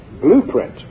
blueprint